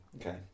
Okay